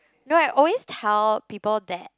no I always tell people that